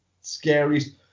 scariest